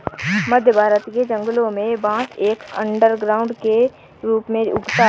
मध्य भारत के जंगलों में बांस एक अंडरग्राउंड के रूप में उगता है